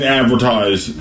advertise